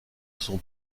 son